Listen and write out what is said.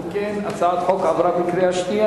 אם כן, הצעת החוק עברה בקריאה שנייה.